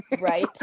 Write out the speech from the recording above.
right